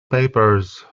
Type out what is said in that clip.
papers